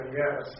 yes